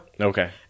Okay